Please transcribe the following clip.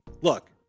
Look